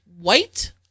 white